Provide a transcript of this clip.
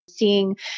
Seeing